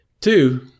two